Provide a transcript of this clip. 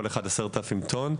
כל אחד 10,000 טון,